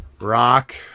Rock